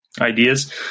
ideas